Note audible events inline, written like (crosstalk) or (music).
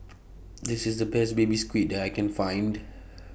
(noise) This IS The Best Baby Squid that I Can Find (noise)